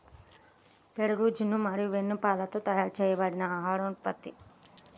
పెరుగు, జున్ను మరియు వెన్నపాలతో తయారు చేయబడిన ఆహార ఉత్పత్తులు